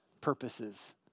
purposes